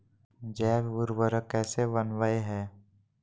जैव उर्वरक कैसे वनवय हैय?